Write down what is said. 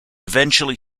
eventually